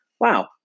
wow